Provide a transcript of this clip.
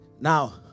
Now